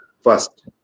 first